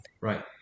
Right